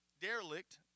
derelict